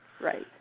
Right